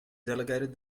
delegated